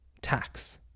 Tax